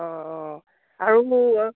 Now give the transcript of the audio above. অঁ অঁ আৰু মোৰ অঁ